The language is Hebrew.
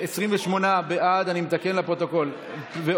אני מתקן לפרוטוקול: 28 בעד,